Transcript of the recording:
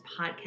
Podcast